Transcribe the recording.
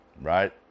right